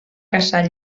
caçar